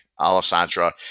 Alessandra